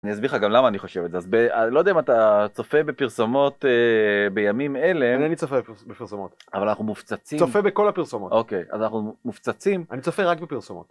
אני אסביר לך גם למה אני חושב את זה. אז לא יודע אם אתה צופה בפרסומות בימים אלה. אינני צופה בפרסומות. אבל אנחנו מופצצים. צופה בכל הפרסומות. אוקיי, אז אנחנו מופצצים. אני צופה רק בפרסומות.